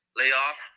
layoff